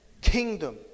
kingdom